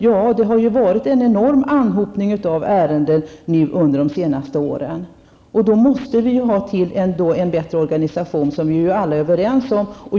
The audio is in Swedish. Ja, det har varit en enorm anhopning av ärenden under de senaste åren och därför behövs det en bättre organisation. Det är vi alla överens om.